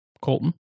Colton